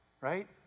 right